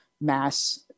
mass